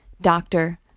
Doctor